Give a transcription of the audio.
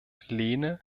lehne